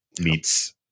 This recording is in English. meats